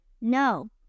No